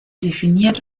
definiert